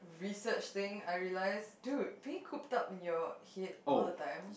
research thing I realize dude being cooped up in your head all the time